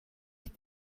ich